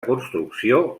construcció